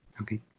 okay